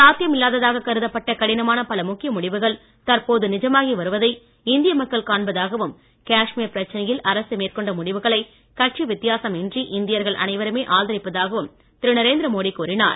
சாத்தியம் இல்லாததாகக் கருதப்பட்ட கடினமான பல முக்கிய முடிவுகள் தற்போது நிஜமாகி வருவதை இந்திய மக்கள் காண்பதாகவும் காஷ்மீர் பிரச்சினையில் அரசு மேற்கொண்ட முடிவுகளை கட்சி வித்தியாசம் இன்றி இந்தியர்கள் அனைவருமே ஆதரிப்பதாகவும் திரு நரேந்திர மோடி கூறினார்